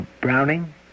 Browning